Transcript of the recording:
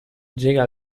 llega